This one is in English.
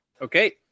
Okay